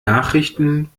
nachrichten